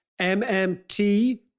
MMT